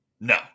No